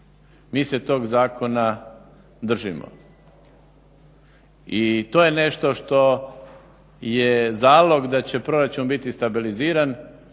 Mi se tog zakona držimo. I to je nešto što je zalog da će proračun biti stabiliziran